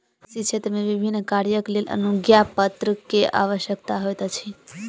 कृषि क्षेत्र मे विभिन्न कार्यक लेल अनुज्ञापत्र के आवश्यकता होइत अछि